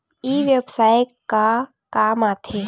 ई व्यवसाय का काम आथे?